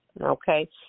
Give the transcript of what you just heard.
okay